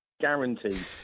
Guaranteed